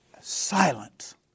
Silence